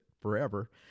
forever